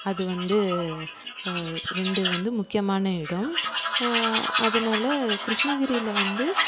அது வந்து ரெண்டு வந்து முக்கியமான இடம் அதனால் கிருஷ்ணகிரியில் வந்து